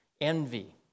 envy